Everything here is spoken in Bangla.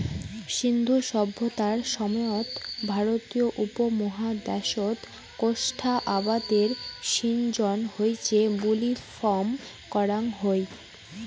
সিন্ধু সভ্যতার সময়ত ভারতীয় উপমহাদ্যাশত কোষ্টা আবাদের সিজ্জন হইচে বুলি ফম করাং হই